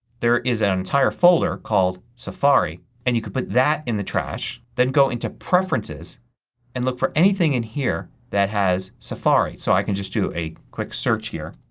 there is an entire folder called safari and you could put that in the trash. then go into preferences and look for anything in here that has safari. so i can just do a quick search here